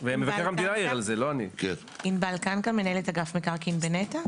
אני מנהלת אגף מקרקעין בנת"ע,